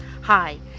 Hi